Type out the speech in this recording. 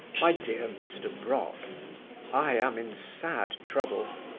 my dear mr. brock i am in sad trouble.